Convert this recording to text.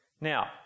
Now